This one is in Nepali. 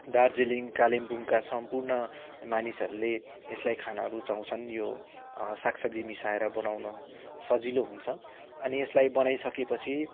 दार्जिलिङ कालिम्पोङका सम्पूर्ण मानिसहरूले यसलाई खान रुचाउछन् यो साग सब्जी मिसाएर बनाउन सजिलो हुन्छ अनि यसलाई बनाइसके पछि